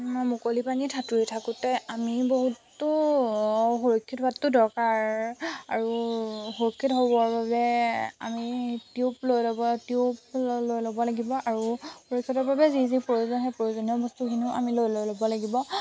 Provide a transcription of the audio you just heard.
মই মুকলি পানীত সাঁতুৰি থাকোতে আমি বহুতো সুৰক্ষিত হোৱাটো দৰকাৰ আৰু সুৰক্ষিত হ'বৰ বাবে আমি টিউব লৈ ল'ব টিউব লৈ ল'ব লাগিব আৰু সুৰক্ষিতৰ বাবে যি যি প্ৰয়োজন সেই প্ৰয়োজনীয় বস্তুখিনিও আমি লৈ লৈ ল'ব লাগিব